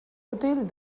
útil